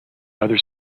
other